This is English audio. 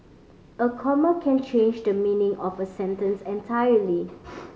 a comma can change the meaning of a sentence entirely